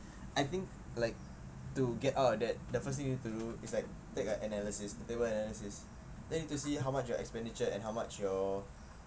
I think like to get out of debt the first thing you need to do is like take a analysis table analysis then need to see how much your expenditure and how much your